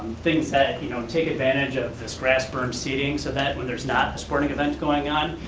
things that you know take advantage of this grass berm seating, so that when there's not a sporting event going on,